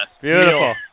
Beautiful